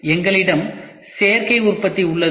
எங்களிடம் சேர்க்கை உற்பத்தி உள்ளது